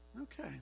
Okay